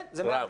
כן, זה מאתגר.